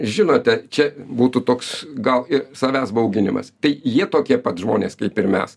žinote čia būtų toks gal ir savęs bauginimas tai jie tokie pat žmonės kaip ir mes